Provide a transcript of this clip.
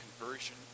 conversion